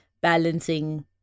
balancing